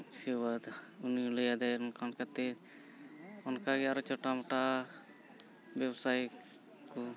ᱤᱥᱠ ᱮᱵᱟᱫᱽ ᱩᱱᱤ ᱞᱟᱹᱭᱟᱫᱮᱭᱟᱭ ᱚᱱᱠᱟ ᱚᱱᱠᱟᱛᱮ ᱚᱱᱠᱟᱜᱮ ᱟᱨᱦᱚᱸ ᱪᱷᱳᱴᱟᱼᱢᱚᱴᱟ ᱵᱮᱵᱽᱥᱟᱭ ᱠᱚ